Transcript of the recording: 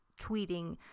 tweeting